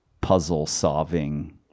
puzzle-solving